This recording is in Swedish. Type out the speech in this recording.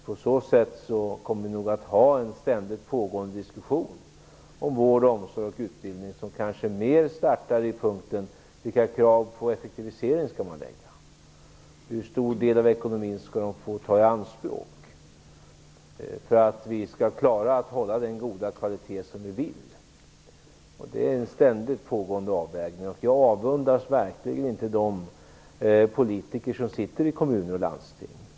På grund av detta kommer vi nog att ha en ständigt pågående diskussion om vård, omsorg och utbildning som kanske snarare startar i frågan om vilka krav på effektivisering man skall ställa. Hur stor del av ekonomin skall de här verksamheterna få ta i anspråk för att vi skall klara att hålla den goda kvalitet som vi vill ha? Detta är en ständigt pågående avvägning. Jag avundas verkligen inte de politiker som sitter i kommuner och landsting.